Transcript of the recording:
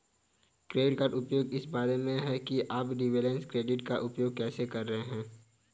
credit उपयोग इस बारे में है कि आप रिवॉल्विंग क्रेडिट का उपयोग कैसे कर रहे हैं